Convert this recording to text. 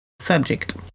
subject